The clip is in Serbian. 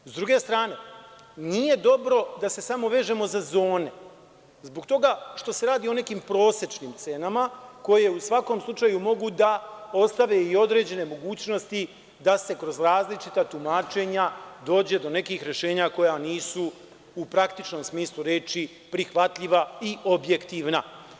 S druge strane, nije dobro da se samo vežemo za zone zbog toga što se radi o nekim prosečnim cenama, koje, u svakom slučaju, mogu da ostave i određene mogućnosti da se kroz različita tumačenja dođe do nekih rešenja koja nisu, u praktičnom smislu reči, prihvatljiva i objektivna.